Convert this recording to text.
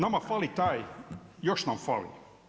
Nama fali taj, još nam fali.